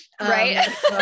Right